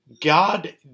God